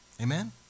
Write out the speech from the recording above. amen